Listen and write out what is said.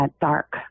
dark